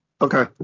Okay